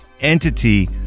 entity